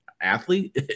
athlete